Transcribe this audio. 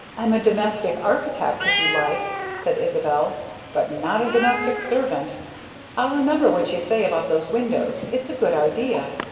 i'm a domestic architect, if you like, said isabel but not a domestic servant i'll remember what you say about those windows it's a good idea,